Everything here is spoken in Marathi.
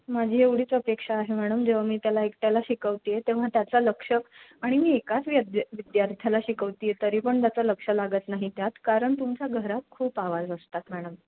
माझी एवढीच अपेक्षा आहे मॅडम जेव्हा मी त्याला एकट्याला शिकवते आहे तेव्हा त्याचं लक्ष आणि मी एकाच वद विद्यार्थ्याला शिकवते आहे तरी पण त्याचं लक्ष लागत नाही त्यात कारण तुमच्या घरात खूप आवाज असतात मॅडम